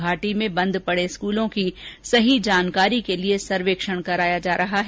घाटी में बंद पड़े स्कूलों की सही जानकारी के लिए सर्वेक्षण कराया जा रहा है